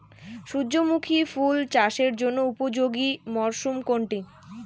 সূর্যমুখী ফুল চাষের জন্য উপযোগী মরসুম কোনটি?